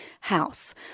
House